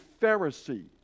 Pharisee